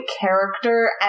character